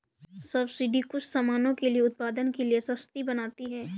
subsidy कुछ सामानों को उत्पादन के लिए सस्ती बनाती है